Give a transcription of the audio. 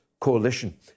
coalition